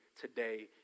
today